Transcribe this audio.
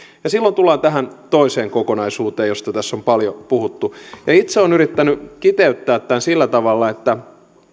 silloin tullaan tähän toiseen kokonaisuuteen josta tässä on paljon puhuttu itse olen yrittänyt kiteyttää tämän sillä tavalla että